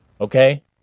Okay